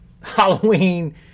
Halloween